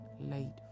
late